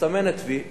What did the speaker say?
מסמנת "וי",